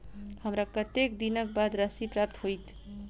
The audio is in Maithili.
हमरा कत्तेक दिनक बाद राशि प्राप्त होइत?